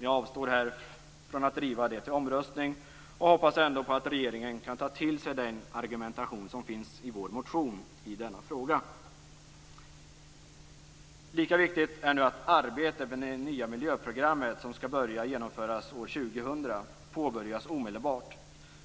Jag avstår från att driva frågan till omröstning och hoppas att regeringen ändå kan ta till sig den argumentation som finns i vår motion i denna fråga. Lika viktigt är att arbetet med det nya miljöprogrammet, som skall börja genomföras år 2000, påbörjas omedelbart,